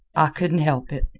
i couldn't help it.